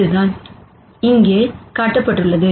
இதுதான் இங்கே காட்டப்பட்டுள்ளது